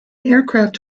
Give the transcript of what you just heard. aircraft